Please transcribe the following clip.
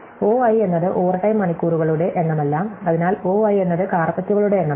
O i എന്നത് overtime മണിക്കൂറുകളുടെ എണ്ണമല്ല അതിനാൽ O i എന്നത് കാര്പെറ്റുകളുടെ എണ്ണമാണ്